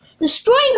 destroying